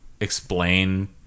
explain